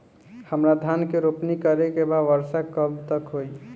हमरा धान के रोपनी करे के बा वर्षा कब तक होई?